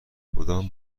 کدام